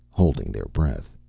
holding their breath.